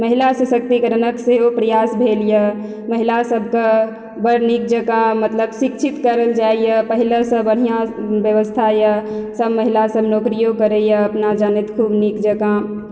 महिला सशक्तिकरणक सेहो प्रयास भेल यऽ महिला सबके बढ़ नीक जकाँ मतलब शिक्षित करल जाइ यऽ पहिलेसँ बढ़िआँ व्यवस्था यऽ सब महिला सब नौकरियो करय यऽ अपना जानैत खुब नीक जकाँ